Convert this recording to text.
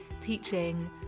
teaching